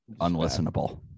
unlistenable